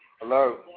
Hello